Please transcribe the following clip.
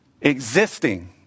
existing